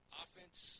offense